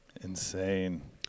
Insane